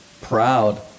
proud